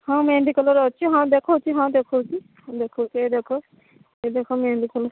ହଁ ମେହେନ୍ଦି କଲର ଅଛି ହଁ ଦେଖଉଛି ହଁ ଦେଖଉଛି ଦେଖଉଛି ଏଇ ଦେଖ ଇଏ ଦେଖ ମେହେନ୍ଦି କଲର